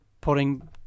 putting